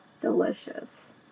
delicious